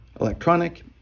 electronic